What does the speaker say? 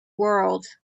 world